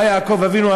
בא יעקב אבינו,